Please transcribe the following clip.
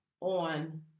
on